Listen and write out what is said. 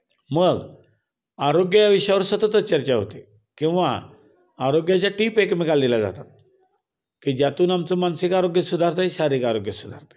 मग आरोग्य विषयावर सततच चर्चा होते किंवा आरोग्याच्या टीप एकमेकाला दिल्या जातात की ज्यातून आमचं मानसिक आरोग्य सुधारतं आहे शारीरिक आरोग्य सुधारतं आहे